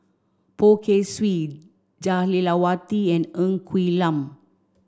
Poh Kay Swee Jah Lelawati and Ng Quee Lam